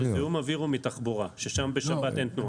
שזיהום האוויר הוא מתחבורה, ששם בשבת אין תנועה.